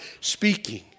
speaking